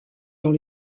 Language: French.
dans